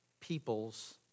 people's